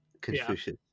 Confucius